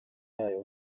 yayo